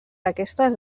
aquestes